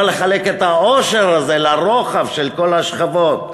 לחלק את העושר הזה לרוחב של כל השכבות?